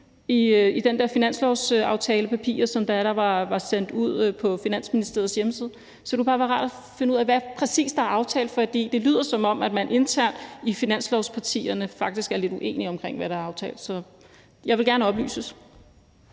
i de der finanslovsaftalepapirer, som der var lagt ud på Finansministeriets hjemmeside. Så det kunne bare være rart at finde ud af, hvad der præcis er aftalt, for det lyder, som om man internt i finanslovspartierne faktisk er lidt uenige om, hvad der er aftalt. Så jeg vil gerne oplyses.